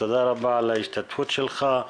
תודה רבה על ההשתתפות שלך.